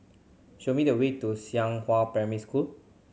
show me the way to Xinghua Primary School